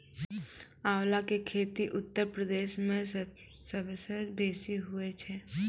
आंवला के खेती उत्तर प्रदेश मअ सबसअ बेसी हुअए छै